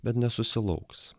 bet nesusilauks